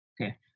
okay